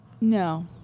no